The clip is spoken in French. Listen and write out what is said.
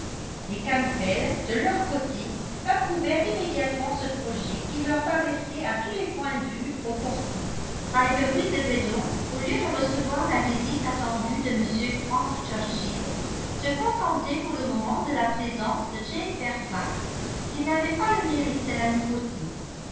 les campbell de leur côté approuvèrent immédiatement ce projet qui leur paraissait à tous les points de vue opportun highbury devait donc au lieu de recevoir la visite attendue de m frank churchill se contenter pour le moment de la présence de jane fairfax qui n'avait pas le mérite de la nouveauté